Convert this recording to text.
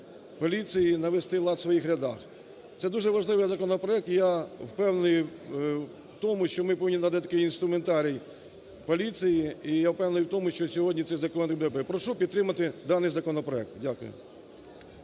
поліції, навести лад в своїх рядах. Це дуже важливий законопроект, і я впевнений в тому, що ми повинні надати такий інструментарій поліції. І я впевнений в тому, що сьогодні цей законопроект буде прийнятий. Прошу підтримати даний законопроект. Дякую.